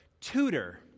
tutor